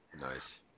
Nice